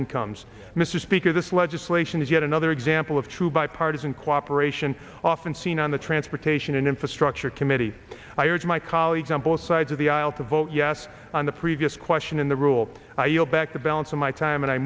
incomes mr speaker this legislation is yet another example of true bipartisan cooperation often seen on the transportation and infrastructure committee i urge my colleagues on both sides of the aisle to vote yes on the previous question in the rule i yield back the balance of my time and i